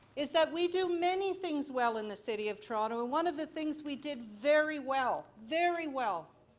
is that we do many things well in the city of toronto. and one of the things we did very well very well,